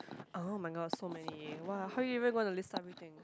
oh-my-god so many !wah! how are even gonna list out everything